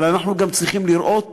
אבל אנחנו גם צריכים לראות